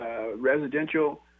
residential